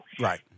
Right